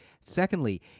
Secondly